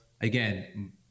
again